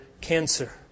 cancer